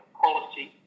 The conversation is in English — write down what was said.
policy